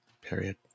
Period